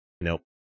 Nope